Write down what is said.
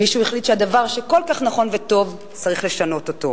מישהו החליט שהדבר כל כך נכון וטוב שצריך לשנות אותו,